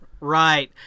Right